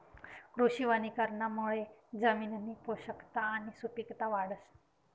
कृषी वनीकरणमुये जमिननी पोषकता आणि सुपिकता वाढस